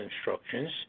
instructions